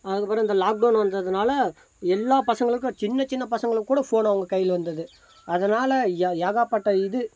அதுக்கப்புறம் இந்த லாக்டவுன் வந்ததுனால் எல்லா பசங்களுக்கும் சின்ன சின்ன பசங்களுக்கும் கூட ஃபோன் அவங்க கையில் இருந்தது அதனால் ஏ ஏகப்பட்ட இது